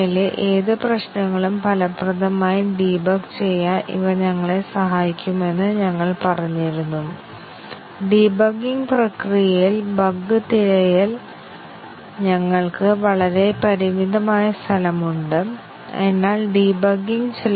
ഒരു DU chain എന്നത് ഒരു വേരിയബിളിന്റെ പേരും അത് നിർവ്വചിച്ചിരിക്കുന്ന സ്റ്റേറ്റ്മെൻറ് ഉം ലൈവ് ആയ സ്റ്റേറ്റ്മെൻറ്ഉം അടങ്ങുന്ന ഒരു ട്രിപ്ലെറ്റ് ആണ്